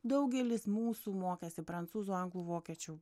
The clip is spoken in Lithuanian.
daugelis mūsų mokėsi prancūzų anglų vokiečių